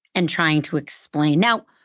and trying to explain. now,